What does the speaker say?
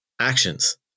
actions